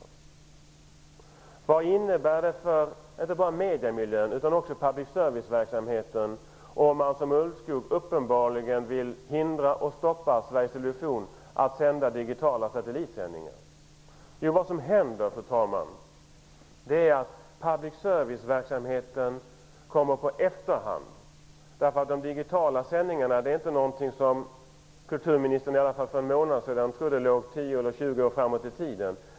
Ulvskog vill uppenbarligen hindra Sveriges Television från att sända digitalt via satellit. Man kan fråga sig vad det innebär för mediemiljön men också för public service-verksamheten. Fru talman! Public service-verksamheten kommer i efterhand. Det är nämligen inte så som kulturministern trodde, i alla fall för en månad sedan, att de digitala sändningarna ligger tio eller tjugo år framåt i tiden.